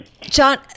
John